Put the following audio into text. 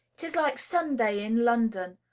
it is like sunday in london,